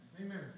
Amen